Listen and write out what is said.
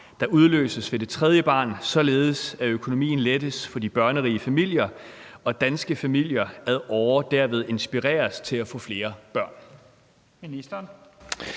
der udløses ved det tredje barn, således at økonomien lettes for de børnerige familier og danske familier ad åre derved inspireres til at få flere børn?